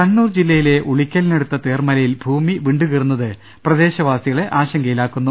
കണ്ണൂർ ജില്ലയിലെ ഉളിയ്ക്കലിനടുത്ത തേർമലയിൽ ഭൂമി വിണ്ടുകീറുന്നത് പ്രദേശവാസികളെ ആശങ്കയിലാക്കുന്നു